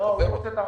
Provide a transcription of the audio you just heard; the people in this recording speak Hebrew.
אתה קובר אותו.